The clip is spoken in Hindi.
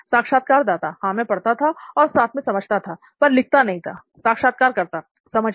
साक्षात्कारदाता हां मैं पढ़ता था और साथ में समझता था पर लिखता नहीं थाl साक्षात्कारकर्ता समझना